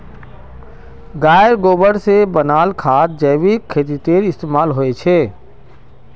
गायेर गोबर से बनाल खाद जैविक खेतीत इस्तेमाल होछे